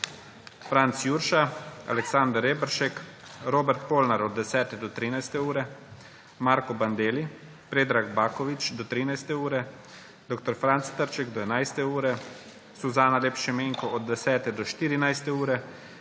Franc Jurša, Aleksander Reberšek, Robert Polnar od 10. do 13. ure, Marko Bandelli, Predrag Baković do 13. ure, Franc Trček do 11. ure, Suzana Lep Šimenko od 10. do 14. ure,